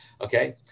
okay